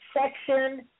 section